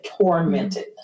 tormented